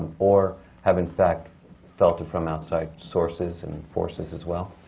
or have in fact felt it from outside sources and forces as well?